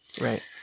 Right